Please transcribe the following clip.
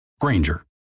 Granger